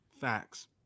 facts